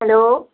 hello